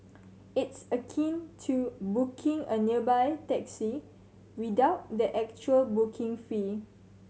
it's akin to booking a nearby taxi without the actual booking fee